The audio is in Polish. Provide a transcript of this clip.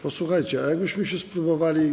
Posłuchajcie, jakbyśmy się spróbowali.